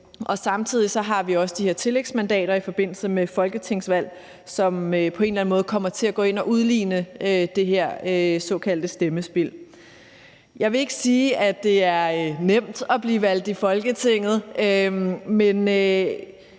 Samtidig har vi de her tillægsmandater i forbindelse med et folketingsvalg, som på en eller anden måde kommer til at gå ind at udligne det her såkaldte stemmespild. Jeg vil ikke sige, at det er nemt at blive valgt til Folketinget, men